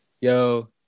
yo